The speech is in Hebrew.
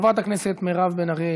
חברת הכנסת מירב בן ארי,